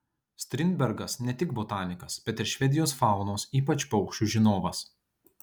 strindbergas ne tik botanikas bet ir švedijos faunos ypač paukščių žinovas